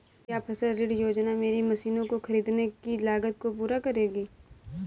क्या फसल ऋण योजना मेरी मशीनों को ख़रीदने की लागत को पूरा करेगी?